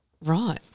Right